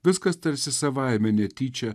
viskas tarsi savaime netyčia